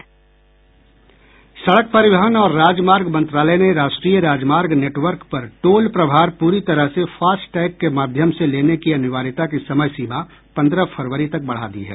सड़क परिवहन और राजमार्ग मंत्रालय ने राष्ट्रीय राजमार्ग नेटवर्क पर टोल प्रभार पूरी तरह से फास्टैग के माध्यम से लेने की अनिवार्यता की समय सीमा पन्द्रह फरवरी तक बढ़ा दी है